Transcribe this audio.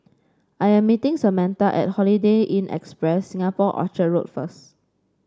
I am meeting Samatha at Holiday Inn Express Singapore Orchard Road first